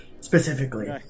specifically